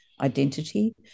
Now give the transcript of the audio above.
identity